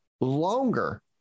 longer